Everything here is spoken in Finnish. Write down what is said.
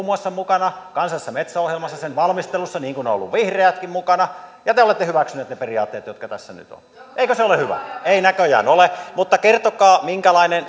muassa mukana kansallisessa metsäohjelmassa sen valmistelussa niin kuin ovat olleet vihreätkin mukana te olette hyväksyneet ne periaatteet jotka tässä nyt ovat eikö se ole hyvä ei näköjään ole mutta kertokaa minkälainen